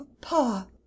papa